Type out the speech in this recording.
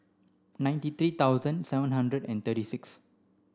ninety three thousand seven hundred and thirty six